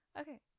Okay